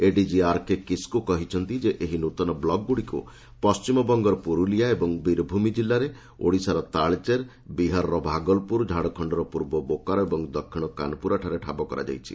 ADG RK Kisu କହିଛନ୍ତି ଯେ ଏହି ନୂତନ ବ୍ଲକଗୁଡିକୁ ପଣ୍ଟିମବଙ୍ଗ ପୁରୁଲିଆ ଏବଂ ବୀରଭୂମି ଜିଲ୍ଲାରେ ଓଡିଶାର ତାଳଚେର ବିହାରର ଭାଗଲପୁରଝାଡଖଣ୍ଡର ପୂର୍ବ ବୋକୋରୋ ଏବଂ ଦକ୍ଷିଣ କାନପୁରାଠାରେ ଠାବ କରାଯାଇଛି